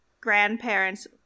Grandparents